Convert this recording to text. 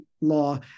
law